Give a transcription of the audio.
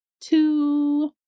two